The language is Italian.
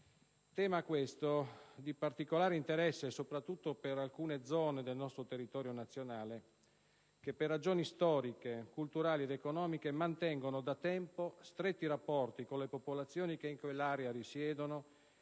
tema di particolare interesse, soprattutto per alcune zone del nostro territorio nazionale che, per ragioni storiche, culturali ed economiche, mantengono da tempo stretti rapporti con le popolazioni che in quell'area risiedono